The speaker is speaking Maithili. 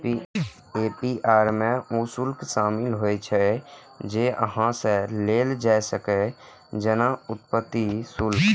ए.पी.आर मे ऊ शुल्क शामिल होइ छै, जे अहां सं लेल जा सकैए, जेना उत्पत्ति शुल्क